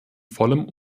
vollem